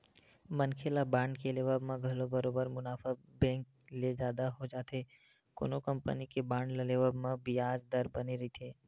मनखे ल बांड के लेवब म घलो बरोबर मुनाफा बेंक ले जादा हो जाथे कोनो कंपनी के बांड ल लेवब म बियाज दर बने रहिथे